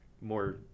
more